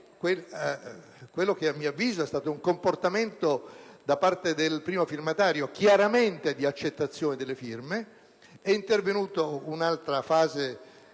dopo quello che a mio avviso è stato un comportamento da parte del primo firmatario chiaramente di accettazione delle firme, è intervenuta un'altra fase